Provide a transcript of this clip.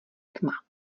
tma